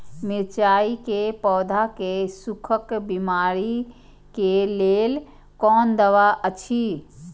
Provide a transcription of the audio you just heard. मिरचाई के पौधा के सुखक बिमारी के लेल कोन दवा अछि?